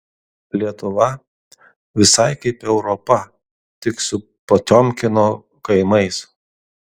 lietuva visai kaip europa tik su potiomkino kaimais